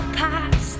past